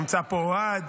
נמצא פה אוהד,